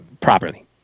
properly